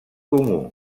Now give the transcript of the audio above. comú